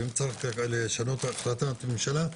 ואם צריך לשנות את החלטת הממשלה,